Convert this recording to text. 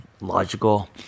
logical